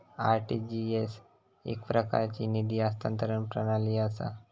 RTGS एकप्रकारची निधी हस्तांतरण प्रणाली असा